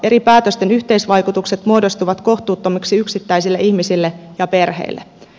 eri päätösten yhteisvaikutukset muodostuvat kohtuuttomiksi yksittäisille ihmisille ja perheille